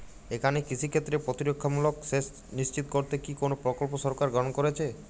এখানে কৃষিক্ষেত্রে প্রতিরক্ষামূলক সেচ নিশ্চিত করতে কি কোনো প্রকল্প সরকার গ্রহন করেছে?